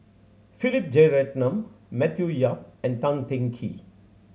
Philip Jeyaretnam Matthew Yap and Tan Teng Kee